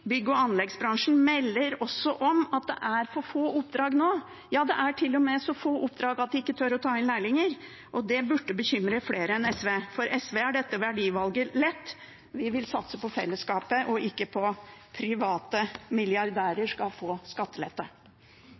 og anleggsbransjen melder om at det er for få oppdrag nå. Det er til og med så få oppdrag at de ikke tør å ta inn lærlinger, og det burde bekymre flere enn SV. For SV er dette verdivalget lett: Vi vil satse på fellesskapet, ikke på at private milliardærer skal få skattelette.